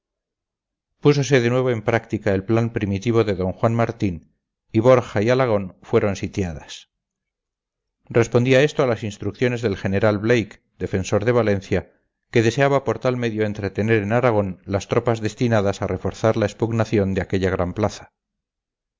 púsose de nuevo en práctica el plan primitivo de d juan martín y borja y alagón fueron sitiadas respondía esto a las instrucciones del general blake defensor de valencia que deseaba por tal medio entretener en aragón las tropas destinadas a reforzar la expugnación de aquella gran plaza